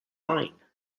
line